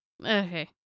Okay